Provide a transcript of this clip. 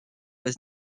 was